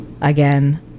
again